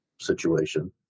situation